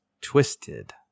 Twisted